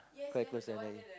quite close to N_I_E